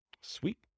Sweet